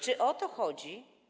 Czy o to chodzi?